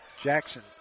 Jackson